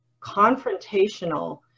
confrontational